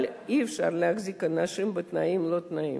אבל אי-אפשר להחזיק אנשים בתנאים-לא-תנאים.